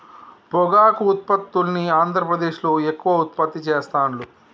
పొగాకు ఉత్పత్తుల్ని ఆంద్రప్రదేశ్లో ఎక్కువ ఉత్పత్తి చెస్తాండ్లు